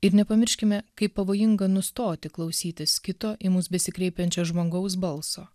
ir nepamirškime kaip pavojinga nustoti klausytis kito į mus besikreipiančio žmogaus balso